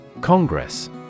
Congress